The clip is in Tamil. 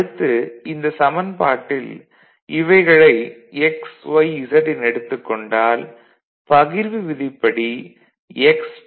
அடுத்து இந்த சமன்பாட்டில் இவைகளை x y z என எடுத்துக் கொண்டால் பகிர்வு விதிப்படி x x